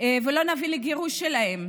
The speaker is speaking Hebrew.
ולא נביא לגירוש שלהם,